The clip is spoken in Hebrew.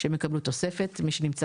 שיקבלו תוספת, מי שנמצא